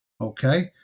Okay